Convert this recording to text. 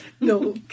No